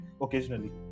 occasionally